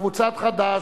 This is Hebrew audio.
קבוצת חד"ש,